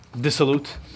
dissolute